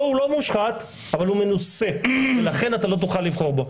הוא לא מושחת אבל הוא מנוסה ולכן אתה לא תוכל לבחור בו.